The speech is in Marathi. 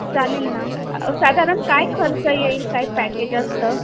चालेल ना साधारण काय खर्च येईल काय पॅकेज असतं